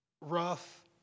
rough